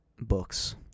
books